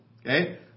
Okay